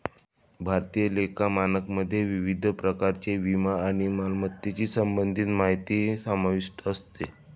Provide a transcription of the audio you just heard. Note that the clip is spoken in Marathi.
भारतीय लेखा मानकमध्ये विविध प्रकारच्या विमा आणि मालमत्तेशी संबंधित माहिती समाविष्ट असते